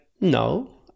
no